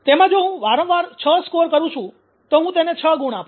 તેમાં જો હું વારંવાર 6 સ્કોર કરું છું તો હું તેને 6 ગુણ આપું